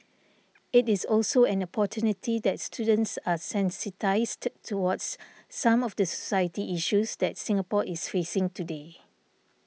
it is also an opportunity that students are sensitised towards some of the society issues that Singapore is facing today